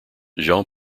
jean